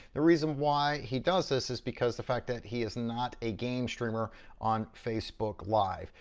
the reason why he does this is because the fact that he is not a game streamer on facebook live.